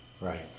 Right